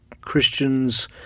Christians